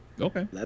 Okay